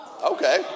Okay